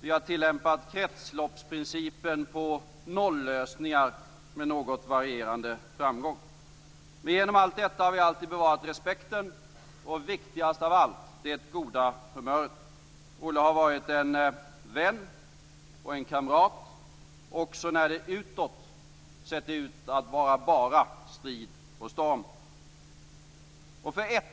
Vi har tillämpat kretsloppsprincipen på nollösningar, med något varierande framgång. Men genom allt detta har vi alltid bevarat respekten och, viktigast av allt, det goda humöret. Olle har varit en vän och en kamrat, också när det utåt sett ut att vara bara strid och storm. För en sak